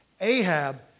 Ahab